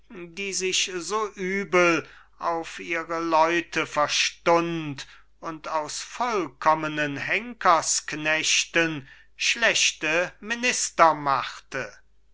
die sich so übel auf ihre leute verstund und aus vollkommenen henkersknechten schlechte minister machte